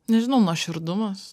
nežinau nuoširdumas